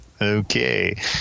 okay